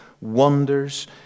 wonders